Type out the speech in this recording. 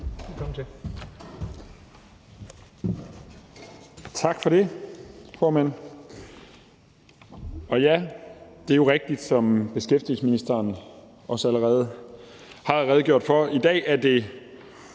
Tak for det, formand. Det er rigtigt, som beskæftigelsesministeren også allerede har redegjort for, at vi i